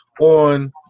on